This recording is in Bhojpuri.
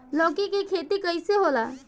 लौकी के खेती कइसे होला?